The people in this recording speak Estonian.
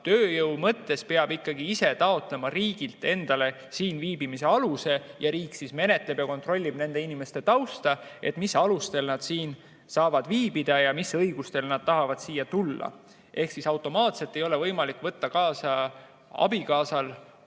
tööjõuna tulla, peab ikkagi ise taotlema riigilt endale siinviibimise aluse. Riik menetleb ja kontrollib nende inimeste tausta, mis alustel nad siin saavad viibida ja mis õigustel nad tahavad siia tulla. Automaatselt ei ole võimalik [kolmandast riigist